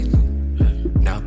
Now